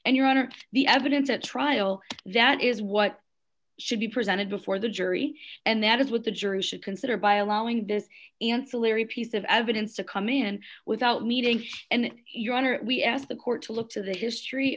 and your honor the evidence at trial that is what should be presented before the jury and that is what the jury should consider by a longing this ancillary piece of evidence to come in without meeting and your honor we ask the court to look to the history